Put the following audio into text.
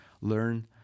learn